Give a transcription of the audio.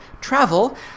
travel